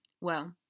Well